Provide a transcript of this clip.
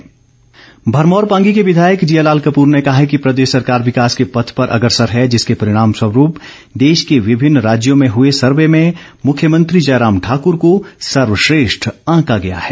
जियालाल भरमौर पांगी के विधायक जियालाल कपूर ने कहा है कि प्रदेश सरकार विकास के पथ पर अग्रसर है जिसके परिणाम स्वरूप देश के विभिन्न राज्यों में हुए सर्वे में मुख्यमंत्री जयराम ठाकर को सर्वश्रेष्ठ आंका गया है